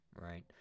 Right